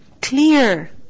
clear